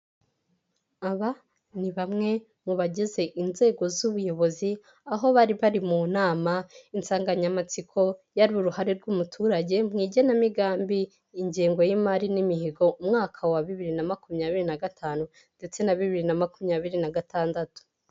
Aba ni bamwe mu bagize inzego z'ubuyobozi aho bari bari mu nama. Insanganyamatsiko yari uruhare rw'umuturage mu igenamigambi ingengo y'imari n'imihigo mu mwaka wa 2025 ndetse na 2026.